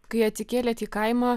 kai atsikėlėt į kaimą